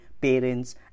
parents